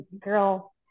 girl